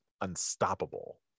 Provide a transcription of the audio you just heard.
unstoppable